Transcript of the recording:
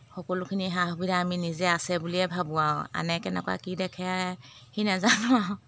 সকলোখিনি সা সুবিধা আমি নিজে আছে বুলিয়ে ভাবোঁ আৰু আনে কেনেকুৱা কি দেখে সেই নাজানো আৰু